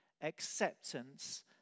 acceptance